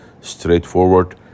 straightforward